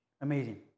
Amazing